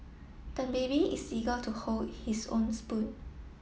the baby is eager to hold his own spoon